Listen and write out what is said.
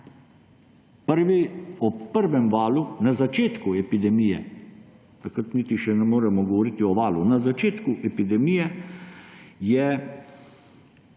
Ob prvem valu na začetku epidemije, takrat niti še ne moremo govoriti o valu, na začetku epidemije je